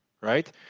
right